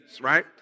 Right